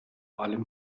allem